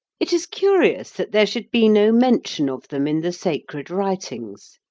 it is curious that there should be no mention of them in the sacred writings.